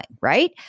right